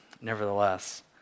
nevertheless